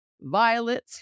violet